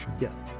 Yes